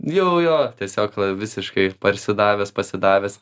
jau jo tiesiog visiškai parsidavęs pasidavęs